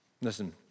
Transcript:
Listen